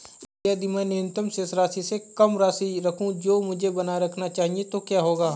यदि मैं न्यूनतम शेष राशि से कम राशि रखूं जो मुझे बनाए रखना चाहिए तो क्या होगा?